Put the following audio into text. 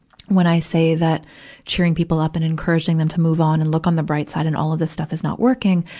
when i say that cheering people up and encouraging them to move on and look on the bright side, and all of this stuff is not working,